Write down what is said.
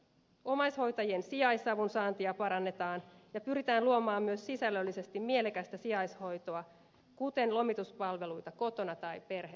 omaishoitajien sijaisavun saantia parannetaan ja pyritään luomaan myös sisällöllisesti mielekästä sijaishoitoa kuten lomituspalveluita kotona tai perhehoidossa